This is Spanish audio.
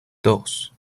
dos